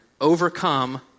overcome